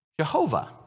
Jehovah